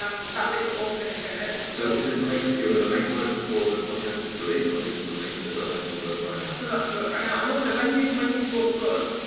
um that link will also be in the show notes. and so, is this a link that you're gonna make work before the podcast is released or is this a link that does actually work right now? does actually work right now. and also when you've when you've bought the book,